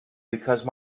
because